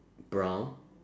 brown